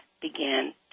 began